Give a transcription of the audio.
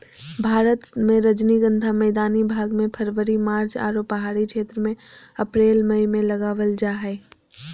भारत मे रजनीगंधा मैदानी भाग मे फरवरी मार्च आरो पहाड़ी क्षेत्र मे अप्रैल मई मे लगावल जा हय